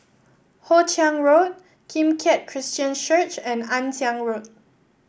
Hoe Chiang Road Kim Keat Christian Church and Ann Siang Road